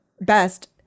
best